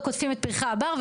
לא קוטפים את פרחי הבר,